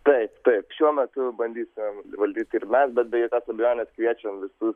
taip taip šiuo metu bandysim valdyti ir mes bet be jokios abejonės kviečiam visus